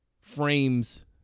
frames